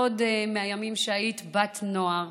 עוד מהימים שהיית בת נוער.